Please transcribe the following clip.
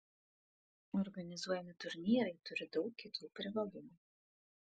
organizuojami turnyrai turi daug kitų privalumų